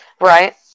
Right